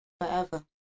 Forever